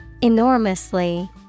Enormously